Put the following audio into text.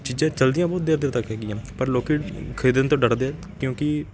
ਚੀਜ਼ਾਂ ਚੱਲਦੀਆਂ ਬਹੁਤ ਦੇਰ ਦੇਰ ਤੱਕ ਹੈਗੀਆਂ ਪਰ ਲੋਕ ਖਰੀਦਣ ਤੋਂ ਡਰਦੇ ਹੈ ਕਿਉਂਕਿ